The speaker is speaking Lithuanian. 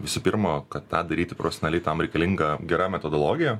visų pirma kad tą daryti profesionaliai tam reikalinga gera metodologija